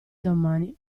domani